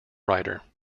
writer